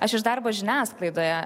aš iš darbo žiniasklaidoje